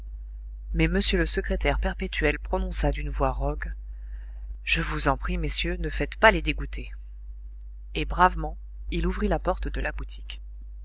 mais m le secrétaire perpétuel prononça d'une voix rogue je vous en prie messieurs ne faites pas les dégoûtés et bravement il ouvrit la porte de la boutique